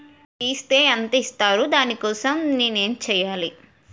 Is తే ఎంత ఇస్తారు దాని కోసం నేను ఎంచ్యేయాలి?